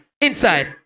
inside